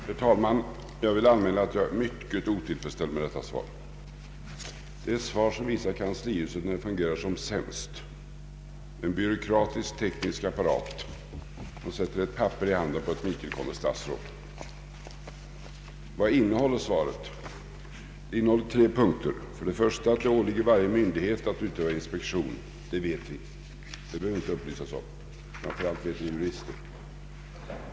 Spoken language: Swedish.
Herr talman! Jag vill anmäla att jag är mycket otillfredsställd med detta svar. Det är ett svar som visar kanslihuset när det fungerar som sämst, en byråkratisk, teknisk apparat som sätter ett papper i handen på ett nytillkommet statsråd. Vad innehåller svaret? Det innehåller tre punkter. För det första att det åligger varje myndighet att utöva inspektion. Det vet vi. Det behöver vi inte upplysas om. Framför allt vet ju jurister detta.